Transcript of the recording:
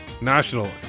national